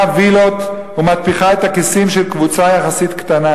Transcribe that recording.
וילות ומתפיחה את הכיסים של קבוצה יחסית קטנה.